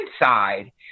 inside